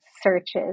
searches